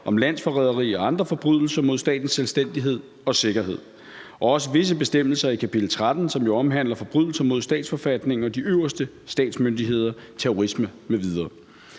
om landsforræderi og andre forbrydelser mod statens selvstændighed og sikkerhed og også visse bestemmelser i kapitel 13, som jo omhandler forbrydelser mod statsforfatningen og de øverste statsmyndigheder samt terrorisme m.v.